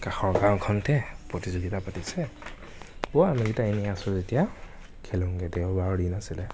কাষৰ গাঁওখনতে প্ৰতিযোগিতা পাতিছে ব'ল আমিকেইটা এনেই আছো যেতিয়া খেলোঁগৈ দেওবাৰৰ দিন আছিলে